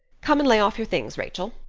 come and lay off your things, rachel.